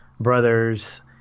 brothers